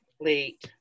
late